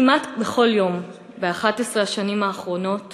כמעט בכל יום ב-11 השנים האחרונות